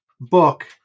book